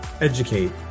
educate